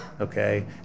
okay